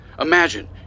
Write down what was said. Imagine